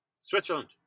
switzerland